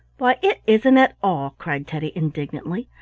why, it isn't at all! cried teddy, indignantly.